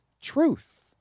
truth